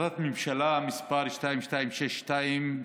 החלטת ממשלה מס' 2262,